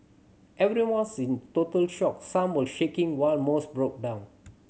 everyone was in total shock some were shaking while most broke down